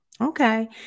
okay